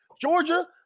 Georgia